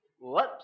Whoops